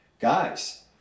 guys